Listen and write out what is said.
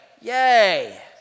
Yay